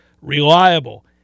reliable